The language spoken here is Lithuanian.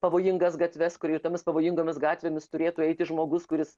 pavojingas gatves kur ir tomis pavojingomis gatvėmis turėtų eiti žmogus kuris